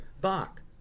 Bach